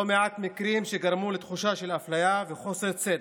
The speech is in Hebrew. לא מעט מקרים גרמו לתחושה של אפליה וחוסר צדק,